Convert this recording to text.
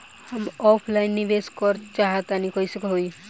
हम ऑफलाइन निवेस करलऽ चाह तनि कइसे होई?